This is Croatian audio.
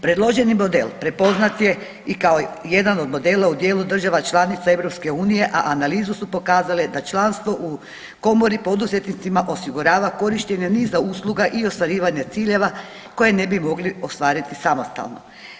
Predloženi model prepoznat je i kao jedan od modela u dijelu država članica EU, a analize su pokazale da članstvo u komori poduzetnicima osigurava korištenje niza usluga i ostvarivanje ciljeva koje ne bi mogli ostvariti samostalno.